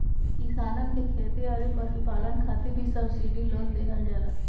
किसानन के खेती अउरी पशुपालन खातिर भी सब्सिडी लोन देहल जाला